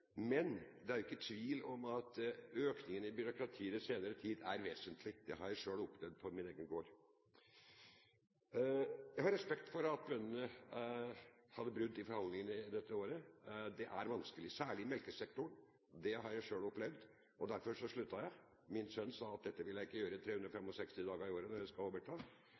men det er jo ikke tvil om at økningen i byråkratiet i den senere tid er vesentlig. Det har jeg selv opplevd i forbindelse med min egen gård. Jeg har respekt for at bøndene hadde brudd i forhandlingene dette året. Det er vanskelig – særlig i melkesektoren, det har jeg selv opplevd, og derfor sluttet jeg. Min sønn sa at dette vil jeg ikke gjøre 365 dager i året når jeg skal overta.